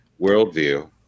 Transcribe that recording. worldview